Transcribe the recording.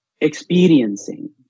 experiencing